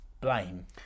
blame